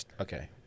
Okay